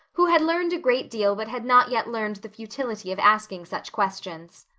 who had learned a great deal but had not yet learned the futility of asking such questions.